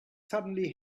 suddenly